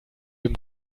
dem